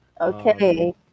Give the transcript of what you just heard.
Okay